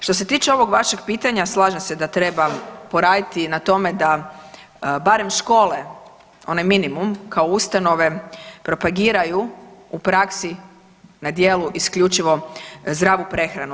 Što se tiče ovog vašeg pitanja slažem se da treba poraditi na tome da barem škole onaj minimum kao ustanove propagiraju u praksi na djelu isključivo zdravu prehranu.